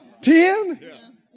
Ten